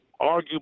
arguably